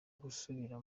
gusubira